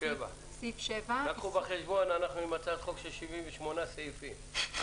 קחו בחשבון שאנחנו בהצעת חוק של 78 סעיפים.